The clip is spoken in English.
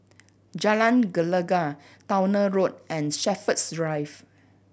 Jalan Gelegar Towner Road and Shepherds Drive